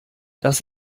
das